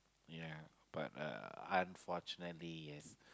ya but uh unfortunately yes